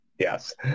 Yes